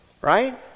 right